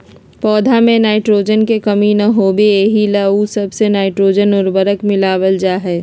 पौध में नाइट्रोजन के कमी न होबे एहि ला उ सब मे नाइट्रोजन उर्वरक मिलावल जा हइ